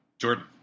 Jordan